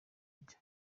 kijya